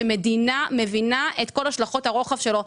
שהמדינה מבינה את כל השלכות הרוחב שלו,